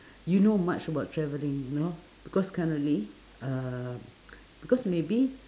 you know much about travelling you know because currently uh because maybe